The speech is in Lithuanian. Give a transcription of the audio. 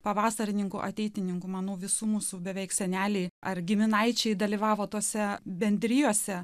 pavasarininkų ateitininkų manau visų mūsų beveik seneliai ar giminaičiai dalyvavo tose bendrijose